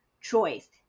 choice